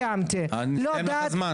אנחנו צריכים להסיק מזה שאם הוא מתווה מדיניות,